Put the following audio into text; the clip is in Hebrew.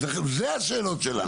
ואלה השאלות שלנו,